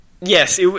Yes